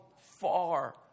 far